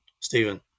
Stephen